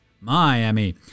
Miami